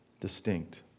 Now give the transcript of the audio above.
distinct